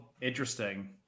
interesting